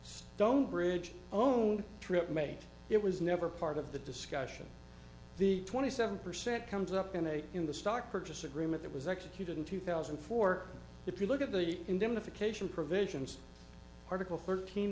stonebridge own trip made it was never part of the discussion the twenty seven percent comes up in a in the stock purchase agreement that was executed in two thousand and four if you look at the indemnification provisions article thirteen